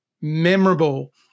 Memorable